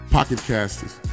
Pocketcasters